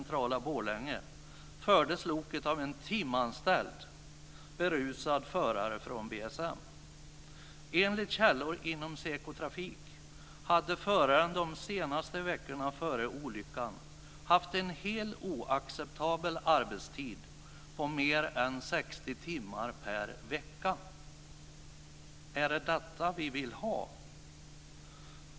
Trafik hade föraren de senaste veckorna före olyckan haft en helt oacceptabel arbetstid, på mer än 60 timmar per vecka. Är det detta vi vill ha?